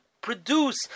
produce